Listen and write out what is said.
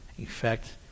effect